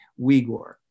Uyghur